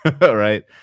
right